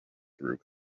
through